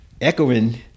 echoing